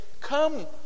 come